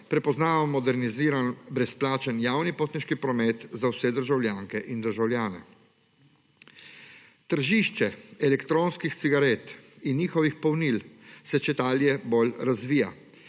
prepoznava moderniziran brezplačen javni potniški promet za vse državljanke in državljane. Tržišče elektronskih cigaret in njihovih polnil se čedalje bolj razvija.